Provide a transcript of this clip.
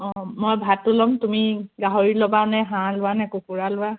অঁ মই ভাতটো ল'ম তুমি গাহৰি ল'বা নে হাঁহ লোৱা নে কুকুৰা লোৱা